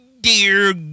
dear